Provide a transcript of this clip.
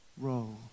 roll